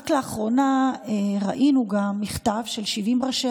רק לאחרונה ראינו גם מכתב של 70 ראשי